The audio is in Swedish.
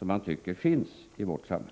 man tycker finns i vårt samhälle.